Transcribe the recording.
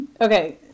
Okay